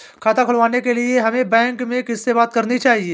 खाता खुलवाने के लिए हमें बैंक में किससे बात करनी चाहिए?